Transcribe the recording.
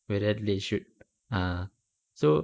whether they should ah so